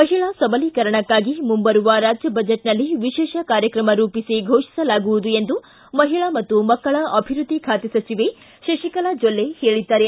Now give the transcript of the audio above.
ಮಹಿಳಾ ಸಬಲೀಕರಣಕ್ಕಾಗಿ ಮುಂಬರುವ ರಾಜ್ಯ ಬಜೆಟ್ನಲ್ಲಿ ವಿಶೇಷ ಕಾರ್ಯಕ್ರಮ ರೂಪಿಸಿ ಘೋಷಿಸಲಾಗುವುದು ಎಂದು ಮಹಿಳಾ ಮತ್ತು ಮಕ್ಕಳ ಅಭಿವ್ದದ್ದಿ ಖಾತೆ ಸಚಿವೆ ಶಶಿಕಲಾ ಜೊಲ್ಲೆ ಹೇಳಿದ್ದಾರೆ